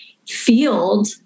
field